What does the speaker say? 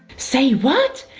say what?